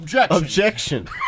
objection